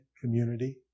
community